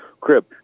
crib